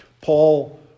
Paul